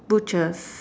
butchers